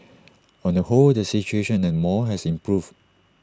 on the whole the situation at the mall has improved